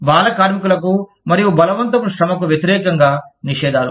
బాల కార్మికులకు మరియు బలవంతపు శ్రమకు వ్యతిరేకంగా నిషేధాలు